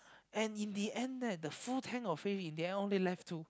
and in the end that the full tank of fish in the end only left two